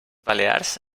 balears